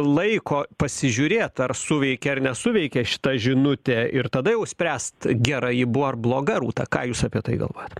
laiko pasižiūrėt ar suveikė ar nesuveikė šita žinutė ir tada jau spręst gera ji buvo ar bloga rūta ką jūs apie tai galvojat